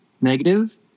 negative